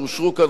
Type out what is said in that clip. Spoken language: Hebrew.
שאושרו כאן,